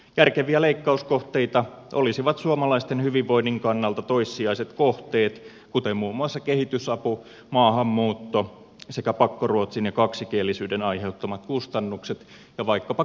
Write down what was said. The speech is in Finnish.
järkeviä leikkauskohteita olisivat suomalaisten hyvinvoinnin kannalta toissijaiset kohteet kuten muun muassa kehitysapu maahanmuutto sekä pakkoruotsin ja kaksikielisyyden aiheuttamat kustannukset ja vaikkapa kulttuurimäärärahat